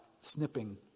snipping